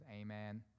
Amen